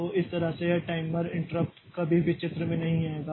तो इस तरह से यह टाइमर इंट्रप्ट कभी भी चित्र में नहीं आएगा